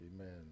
Amen